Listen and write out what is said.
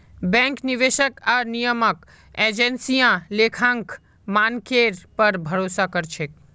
bank, निवेशक आर नियामक एजेंसियां लेखांकन मानकेर पर भरोसा कर छेक